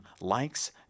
likes